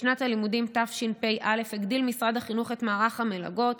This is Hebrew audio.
בשנת הלימודים תשפ"א הגדיל משרד החינוך את מערך המלגות,